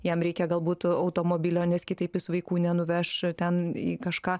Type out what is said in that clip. jam reikia galbūt automobilio nes kitaip jis vaikų nenuveš ten į kažką